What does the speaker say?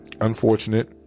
unfortunate